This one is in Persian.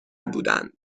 بودند